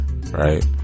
right